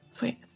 Wait